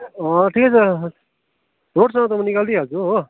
ठिकै छ रोडसम्म त निकालिदिई हाल्छु हो